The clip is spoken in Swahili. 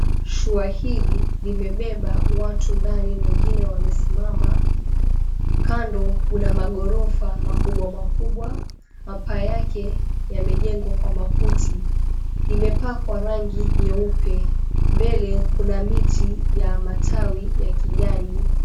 Shua hili limebeba watu ndani wengine wamesimama, kando kuna maghorofa makubwa makubwa. Mapaa yake yamejengwa kwa makuti imepakwa rangi nyeupe, mbele kuna miti ya matawi ya kijani.